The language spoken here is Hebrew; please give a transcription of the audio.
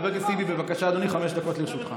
חבר הכנסת טיבי, בבקשה, אדוני, חמש דקות לרשותך.